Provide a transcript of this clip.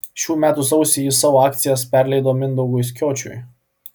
šių metų sausį ji savo akcijas perleido mindaugui skiočiui